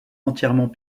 entièrement